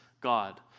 God